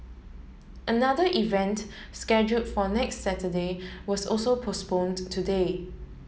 another event schedule for next Saturday was also postponed today